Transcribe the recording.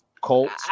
Colts